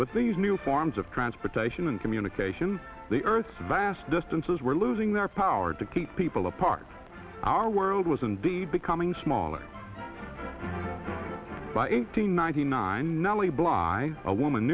with these new forms of transportation and communication the earth's vast distances were losing their power to keep people apart our world was indeed becoming smaller by eight hundred ninety nine nellie bly a woman